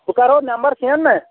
بہٕ کَرو number send نا